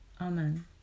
Amen